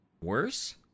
worse